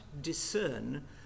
discern